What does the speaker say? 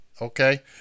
Okay